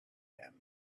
him